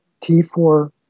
T4